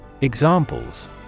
Examples